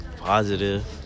positive